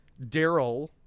Daryl